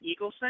Eagleson